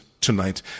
tonight